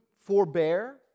forbear